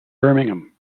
birmingham